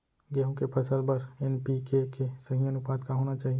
गेहूँ के फसल बर एन.पी.के के सही अनुपात का होना चाही?